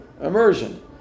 immersion